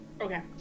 Okay